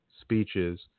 speeches